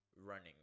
running